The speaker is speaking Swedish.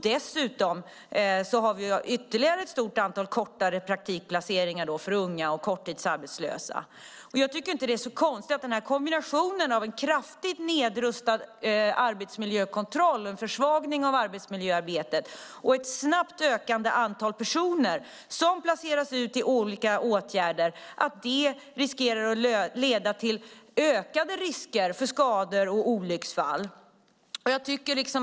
Dessutom har vi ytterligare ett stort antal kortare praktikplaceringar för unga och korttidsarbetslösa. Jag tycker inte att det är så konstigt att kombinationen av en kraftigt nedrustad arbetsmiljökontroll, en försvagning av arbetsmiljöarbetet och ett snabbt ökande antal personer som placeras ut i olika åtgärder riskerar att leda till ökade risker för skador och olycksfall.